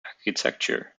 architecture